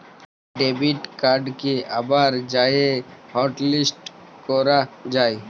debit কাড়কে আবার যাঁয়ে হটলিস্ট ক্যরা যায়